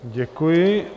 Děkuji.